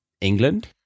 England